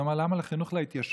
אז הוא אמר: למה לחינוך להתיישבות,